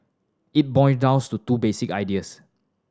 it boil down to two basic ideas